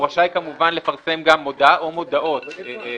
רשאי כמובן לפרסם גם מודעה או מודעות,